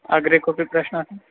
अग्रे कोपि प्रश्नः